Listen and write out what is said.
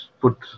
put